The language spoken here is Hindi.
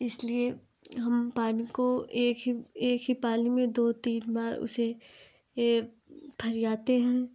इसलिए हम पानी को एक ही एक ही पाली में दो तीन बार उसे फैलाते हैं